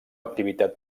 activitat